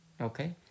Okay